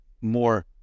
more